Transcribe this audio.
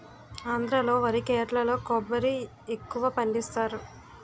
ఆంధ్రా లో వరి కేరళలో కొబ్బరి ఎక్కువపండిస్తారు